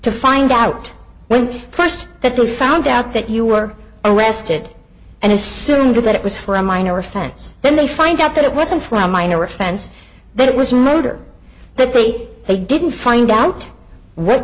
to find out when first that they found out that you were arrested and assumed that it was for a minor offense then they find out that it wasn't from minor offense that it was murder that they they didn't find out what